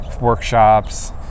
workshops